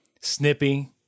snippy